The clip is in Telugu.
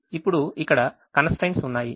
ఇప్పుడు ఇక్కడ constraints ఉన్నాయి